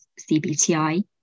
cbti